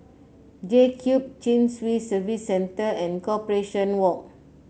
JCube Chin Swee Service Centre and Corporation Walk